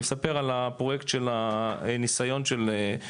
(היו"ר זאב אלקין) אני מספר על הפרויקט שעל הניסיון של הח"כים,